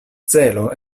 celo